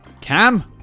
Cam